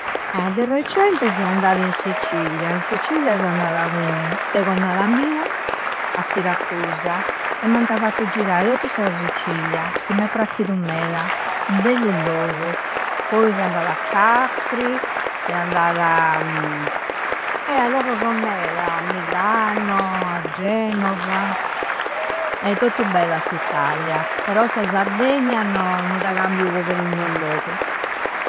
Ah! De recente seo andada in Sicilia. In Sicilia seo andada cun, de connada mia a Siracusa. E m'anta fattu girai tottu sa Sicilia, chi m'è pracchidu meda. U bellu logu! Poi seo andada a Capri. Seo andada e a logoso meda. Milano, a Genova e tottu bella s'Italia. Però sa Sardegna no. Non da cambiu po perunnu logu.